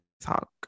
talk